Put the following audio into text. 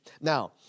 Now